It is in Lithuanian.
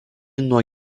nuo